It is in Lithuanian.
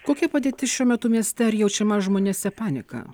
kokia padėtis šiuo metu mieste ar jaučiama žmonėse panika